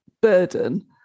burden